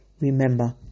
Remember